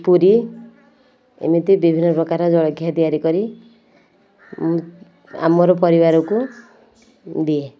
ପୁରୀ ଏମିତି ବିଭିନ୍ନ ପ୍ରକାର ଜଳଖିଆ ତିଆରି କରି ଆମର ପରିବାରକୁ ଦିଏ